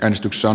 äänestyksen